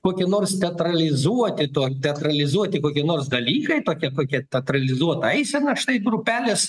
kokie nors teatralizuoti to teatralizuoti kokie nors dalykai tokia kokia teatralizuota eisena štai grupelės